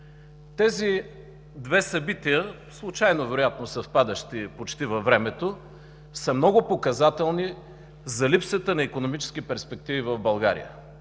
Тези две събития, случайно вероятно съвпадащи почти във времето, са много показателни за липсата на икономически перспективи в България.